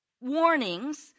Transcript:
warnings